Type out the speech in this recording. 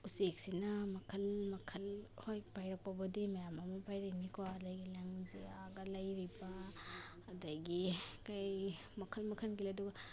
ꯎꯆꯦꯛꯁꯤꯅ ꯃꯈꯜ ꯃꯈꯜ ꯍꯣꯏ ꯄꯥꯏꯔꯛꯄꯕꯨꯗꯤ ꯃꯌꯥꯝ ꯑꯃ ꯄꯥꯏꯔꯛꯏꯅꯤꯀꯣ ꯑꯗꯒꯤ ꯂꯪꯖꯥꯒ ꯂꯩꯔꯤꯕ ꯑꯗꯒꯤ ꯀꯔꯤ ꯃꯈꯜ ꯃꯈꯜꯒꯤ ꯂꯩ ꯑꯗꯨꯒ